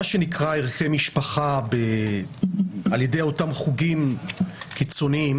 מה שנקרא "ערכי משפחה" ע"י אותם חוגים קיצוניים,